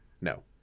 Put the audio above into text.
No